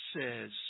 says